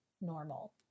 normal